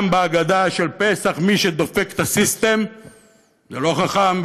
גם בהגדה של פסח מי שדופק את הסיסטם זה לא החכם,